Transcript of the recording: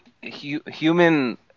human